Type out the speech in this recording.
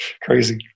Crazy